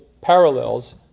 parallels